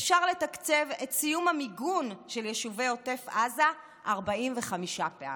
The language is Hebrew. אפשר לתקצב את סיום המיגון של יישובי עוטף עזה 45 פעמים,